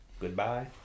goodbye